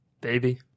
Baby